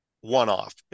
one-off